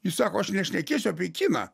jis sako aš nešnekėsiu apie kiną